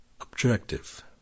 objective